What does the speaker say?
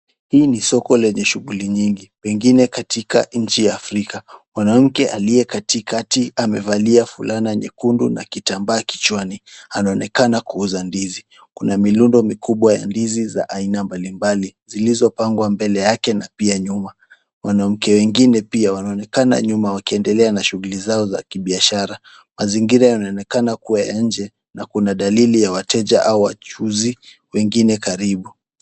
Hii ni soko lenye shughuli nyingi pengine katika nchi ya Afrika. Mwanamke aliye katikati amevalia fulana nyekundu na kitambaa kichwani anaonekana kuuza ndizi. Kuna mirundo mikubwa ya ndizi za aina mbalimbali zilizopangwa mbele yake na pia nyuma. Mwanamke wengine pia wanaonekana nyuma wakiendelea na shughuli zao za kibiashara. Mazingira yanaonekana kuwa ya nje na kuna dalili ya wateja au wachuuzi wengine karibu.